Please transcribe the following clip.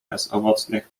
bezowocnych